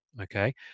okay